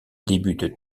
débute